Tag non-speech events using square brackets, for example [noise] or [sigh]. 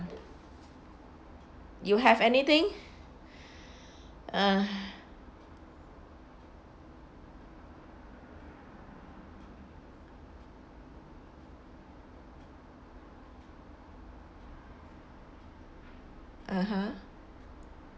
you have anything [breath] uh [breath] (uh huh)